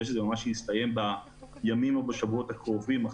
שזה יסתיים ממש בימים או בשבועות הקרובים,